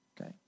Okay